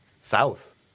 south